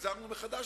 חזרנו מחדש